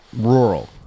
rural